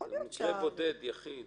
זה מקרה בודד יחיד.